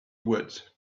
words